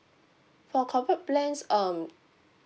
for corporate plans um